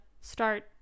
start